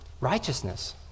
righteousness